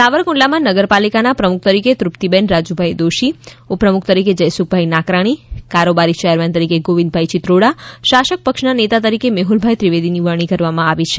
સાવરકુંડલામાં નગરપાલિકામાં પ્રમુખ તરીકે તૃપ્તિબેન રાજુભાઈ દોશી ઉપપ્રમુખ તરીકે જયસુખભાઈ નાકરાણી કારોબારી ચેરમેન તરીકે ગોવિંદભાઇ ચિત્રોડા શાસક પક્ષના નેતા તરીકે મેહલભાઈ ત્રિવેદીની વરણી કરવામાં આવી છે